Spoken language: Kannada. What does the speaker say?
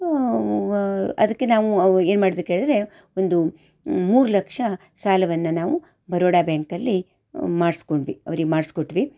ಅದಕ್ಕೆ ನಾವು ಅವು ಏನು ಮಾಡಿತು ಕೇಳಿದರೆ ಒಂದು ಮೂರು ಲಕ್ಷ ಸಾಲವನ್ನು ನಾವು ಬರೋಡ ಬ್ಯಾಂಕಲ್ಲಿ ಮಾಡಿಸ್ಕೊಂಡ್ವಿ ಅವ್ರಿಗೆ ಮಾಡಿಸ್ಕೊಟ್ವಿ